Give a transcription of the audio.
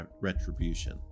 retribution